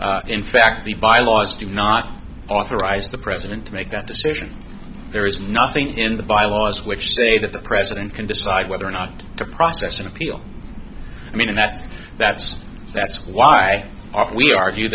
that in fact the bylaws did not authorize the president to make that decision there is nothing in the bylaws which say that the president can decide whether or not to process an appeal i mean that's that's that's why we argue